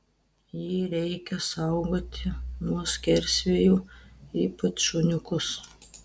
jį reikia saugoti nuo skersvėjų ypač šuniukus